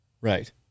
Right